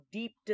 deep